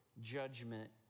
judgment